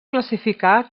classificar